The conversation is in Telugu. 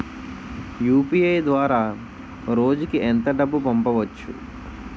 యు.పి.ఐ ద్వారా రోజుకి ఎంత డబ్బు పంపవచ్చు?